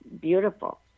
beautiful